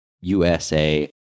USA